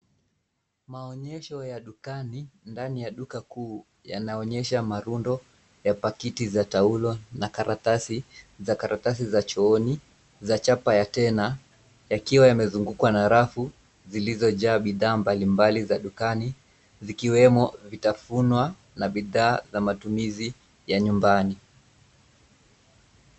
Maonyesho ya dukani ndani ya duka kuu yanaonyesha marundo ya pakiti za taulo na karatasi za karatasi za chooni za chapa ya tena, yakiwa yamezungukwa na rafu, zilizojaa bidhaa mbali mbali za dukani, zikiwemo, vitafunwa, na bidhaa za matumizi ya nyumbani.